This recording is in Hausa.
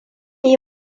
yi